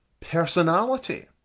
personality